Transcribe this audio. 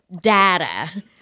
data